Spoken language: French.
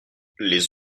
les